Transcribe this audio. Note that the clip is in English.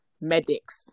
medics